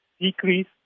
decrease